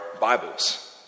Bibles